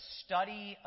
study